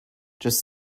just